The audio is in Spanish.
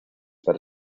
para